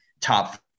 top